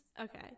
okay